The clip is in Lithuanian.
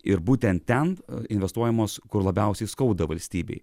ir būtent ten investuojamos kur labiausiai skauda valstybei